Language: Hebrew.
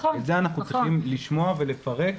את זה אנחנו צריכים לשמוע ולפרק